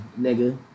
nigga